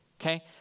Okay